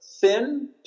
thin